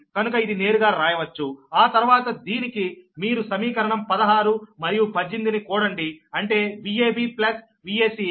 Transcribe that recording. కనుక ఇది నేరుగా రాయవచ్చు ఆ తర్వాత దీనికి మీరు సమీకరణం 16 మరియు 18 ని కూడండి అంటే Vab Vac